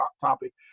topic